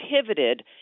pivoted